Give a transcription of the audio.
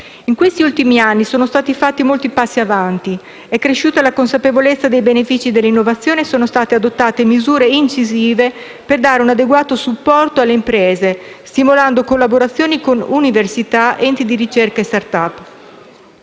In questi ultimi anni sono stati fatti molti passi avanti: è cresciuta la consapevolezza dei benefici dell'innovazione e sono state adottate misure incisive per dare un adeguato supporto alle imprese, stimolando collaborazioni con università, enti di ricerca e *startup*.